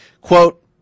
Quote